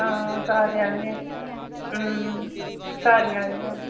आं सारे आये दे हे अं सारियां आई दियां